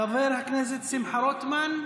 חבר הכנסת שמחה רוטמן?